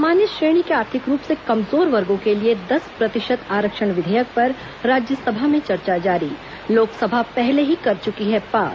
सामान्य श्रेणी के आर्थिक रूप से कमजोर वर्गों के लिए दस प्रतिशत आरक्षण विधेयक पर राज्यसभा में चर्चा जारी लोकसभा पहले ही कर चुकी है पास